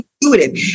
intuitive